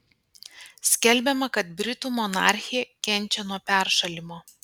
skelbiama kad britų monarchė kenčia nuo peršalimo